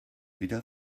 wieder